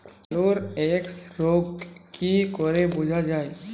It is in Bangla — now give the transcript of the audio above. আলুর এক্সরোগ কি করে বোঝা যায়?